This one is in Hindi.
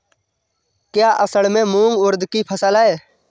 क्या असड़ में मूंग उर्द कि फसल है?